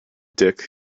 dick